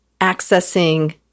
accessing